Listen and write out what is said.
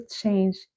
change